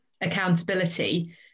accountability